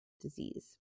disease